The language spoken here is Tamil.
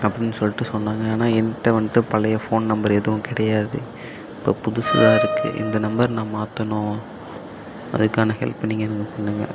அப்புடின்னு சொல்லிட்டு சொன்னாங்க ஆனால் என்ட்ட வந்துட்டு பழைய ஃபோன் நம்பர் எதுவும் கிடையாது இப்போ புதுசு தான் இருக்குது இந்த நம்பர் நான் மாற்றணும் அதுக்கான ஹெல்ப்பு நீங்கள் எனக்கு பண்ணுங்கள்